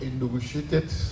negotiated